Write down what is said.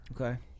Okay